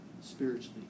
spiritually